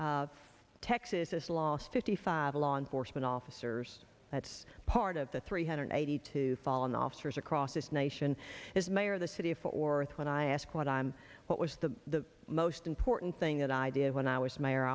poe texas lost fifty five law enforcement officers that's part of the three hundred eighty two fallen officers across this nation as mayor of the city for orthon i ask what i am what was the most important thing that i did when i was mayor